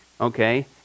Okay